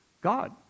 God